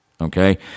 Okay